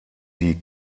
die